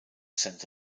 sense